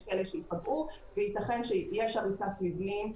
יש כאלה שייפגעו וייתכן שתהיה הריסת מבנים.